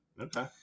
Okay